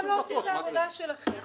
אתם לא עושים את העבודה שלכם.